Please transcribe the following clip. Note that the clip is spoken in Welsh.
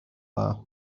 dda